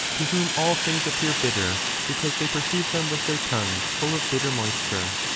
to whom all things appear bitter because they perceive them with their tongue full of bitter moisture.